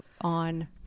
on